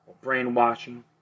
Brainwashing